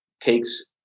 takes